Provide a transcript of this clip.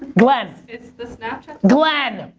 glenn. it's the snapchat glenn.